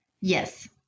Yes